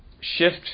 shift